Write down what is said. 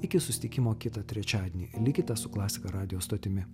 iki susitikimo kitą trečiadienį likite su klasika radijo stotimi